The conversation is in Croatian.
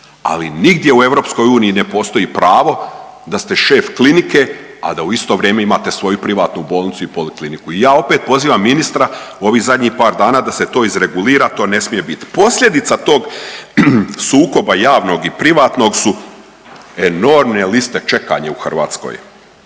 Ali nigdje u EU ne postoji pravo da ste šef klinike, a da u isto vrijeme imate svoju privatnu bolnicu i polikliniku. Ja opet pozivam ministra u ovih zadnjih par dana da se to izregulira, to ne smije bit. Posljedica tog sukoba javnog i privatnog su enorme liste čekanja u Hrvatskoj.